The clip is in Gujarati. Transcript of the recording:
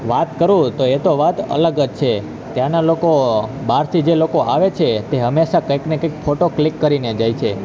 વાત કરું તો એ તો વાત અલગ જ છે ત્યાંનાં લોકો બારથી જે લોકો આવે છે તે હંમેશાં કંઈકને કંઈક ફોટો ક્લિક કરીને જાય છે